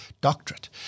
doctorate